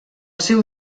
seu